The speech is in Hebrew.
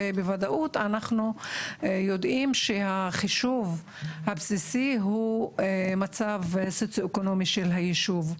ובוודאות אנחנו יודעים שהחישוב הבסיסי הוא מצב סוציואקונומי של הישוב,